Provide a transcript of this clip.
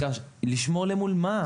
לשמור למול מה?